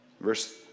Verse